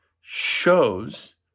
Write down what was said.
shows